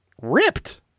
ripped